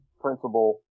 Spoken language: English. principle